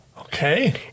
okay